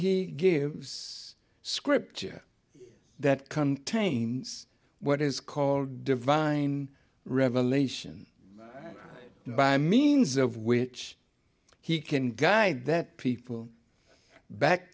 he gives scripture that come what is called divine revelation by means of which he can guide that people back